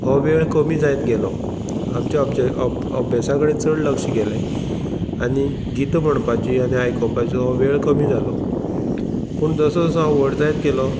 हो वेळ कमी जायत गेलो आमच्या अभ्या अभ्यासा कडेन चड लक्ष गेलें आनी गितां म्हणपाची आनी आयकोपाचो हो वेळ कमी जालो पूण जसो जसो हांव व्हड जायत गेलों